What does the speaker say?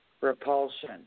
repulsion